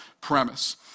premise